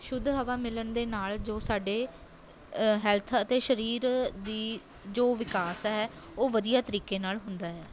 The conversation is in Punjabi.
ਸ਼ੁੱਧ ਹਵਾ ਮਿਲਣ ਦੇ ਨਾਲ਼ ਜੋ ਸਾਡੇ ਹੈਲਥ ਅਤੇ ਸਰੀਰ ਦੀ ਜੋ ਵਿਕਾਸ ਹੈ ਉਹ ਵਧੀਆ ਤਰੀਕੇ ਨਾਲ਼ ਹੁੰਦਾ ਹੈ